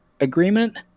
agreement